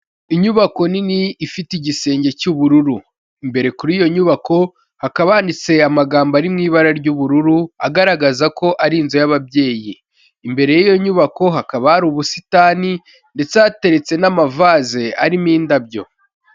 Inyubako nini ifite igisenge cy'ubururu, imbere kuri iyo nyubako hakaba handitse amagambo ari mu ibara ry'ubururu agaragaza ko ari inzu y'ababyeyi, imbere y'iyo nyubako hakaba hari ubusitani ndetse hateretse n'amavaze arimo indabyo.